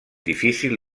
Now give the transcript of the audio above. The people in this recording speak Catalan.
difícil